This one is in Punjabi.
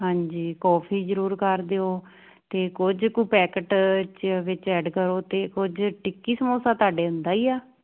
ਹਾਂਜੀ ਕਾਫੀ ਜਰੂਰ ਕਰ ਦਿਓ ਤੇ ਕੁਝ ਕੁ ਪੈਕਟ ਵਿੱਚ ਐਡ ਕਰੋ ਤੇ ਕੁਝ ਟਿੱਕੀ ਸਮੋਸਾ ਤੁਹਾਡੇ ਹੁੰਦਾ ਹੀ ਆ